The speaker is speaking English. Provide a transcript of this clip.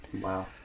Wow